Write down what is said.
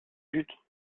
but